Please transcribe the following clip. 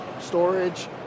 storage